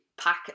pack